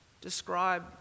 describe